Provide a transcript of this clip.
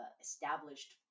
established